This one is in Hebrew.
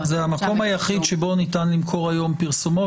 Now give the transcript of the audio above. זה המקום היחיד שבו ניתן למכור היום פרסומות.